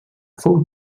fou